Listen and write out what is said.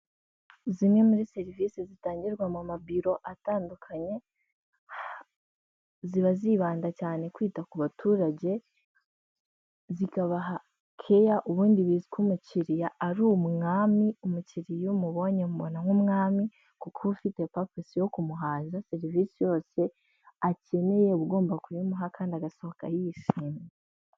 Zimwe muri serivisi zitangirwa mu mabiro atandukanye, ziba zibanda cyane kwita ku baturage zikabaha keya, ubundi bizwi ko umukiriya ari umwami, umukiriya iyo umubonye umubona nk'umwami kuko ufite papasi yo kumuhaza serivisi yose akeneye uba ugomba kuyimuha kandi agasohoka yishimye.